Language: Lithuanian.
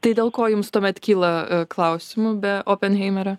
tai dėl ko jums tuomet kyla klausimų be openheimerio